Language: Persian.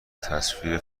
تصویر